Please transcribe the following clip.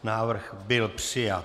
Návrh byl přijat.